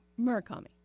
Murakami